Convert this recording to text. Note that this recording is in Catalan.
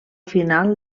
final